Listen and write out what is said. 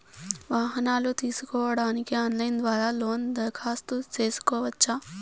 వాహనాలు తీసుకోడానికి ఆన్లైన్ ద్వారా లోను దరఖాస్తు సేసుకోవచ్చా?